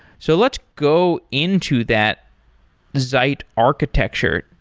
so let's go into that zeit architecture.